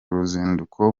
ruzinduko